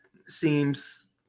seems